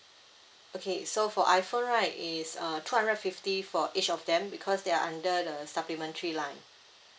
okay so for iphone right is err two hundred fifty for each of them because they are under the supplementary line